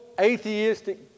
atheistic